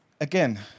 again